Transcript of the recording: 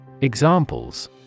Examples